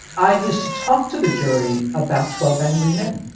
i used to talk to the jury about twelve angry men.